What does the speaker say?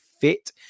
fit